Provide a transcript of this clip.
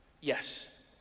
yes